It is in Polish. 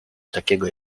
takiego